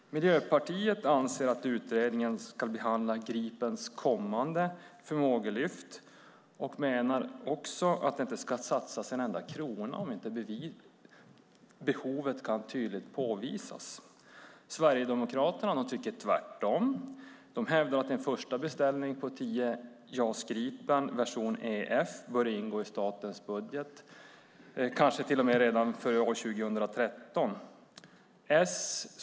Miljöpartiet anser att utredningen ska behandla Gripens kommande förmågelyft och menar också att det inte ska satsas en enda krona om inte behovet tydligt kan påvisas. Sverigedemokraterna tycker tvärtom. De hävdar att en första beställning på tio JAS Gripen, version EF bör ingå i statens budget, kanske redan till och med för 2013.